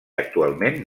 actualment